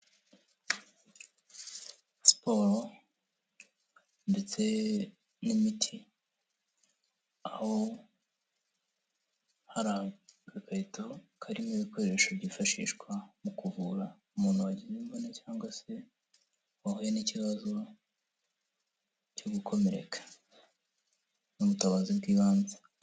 Siporo ndetse n'imiti, aho hari agakarito karimo ibikoresho byifashishwa mu kuvura, umuntu wagize imvune cyangwa se wahuye n'ikibazo cyo gukomereka n'ubutabazi bw'ibanze.